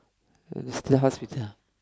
still hospital